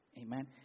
Amen